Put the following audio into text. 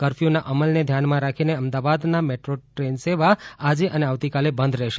કરફ્યૂના અમલને ધ્યાનમાં રાખીને અમદાવાદના મેટ્રો ટ્રેન સેવા આજે અને આવતીકાલે બંધ રહેશે